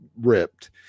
ripped